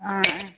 ꯑꯥ